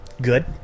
Good